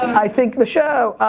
i think, the show.